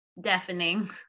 deafening